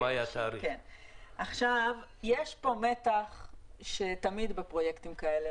יש פה מתח שראינו תמיד בפרויקטים כאלה.